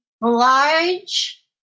large